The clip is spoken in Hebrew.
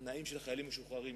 התנאים של חיילים משוחררים,